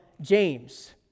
James